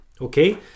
Okay